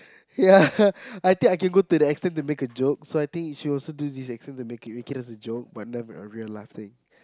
ya I think I can go to that extent to make a joke so I think you should also do this extent to make it as a joke but never a real life thing